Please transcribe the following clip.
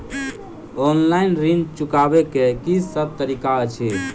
Online ऋण चुकाबै केँ की सब तरीका अछि?